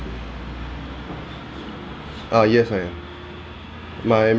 uh yes I am my mem~